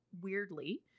weirdly